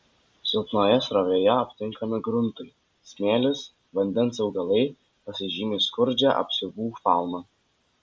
silpnoje srovėje aptinkami gruntai smėlis vandens augalai pasižymi skurdžia apsiuvų fauna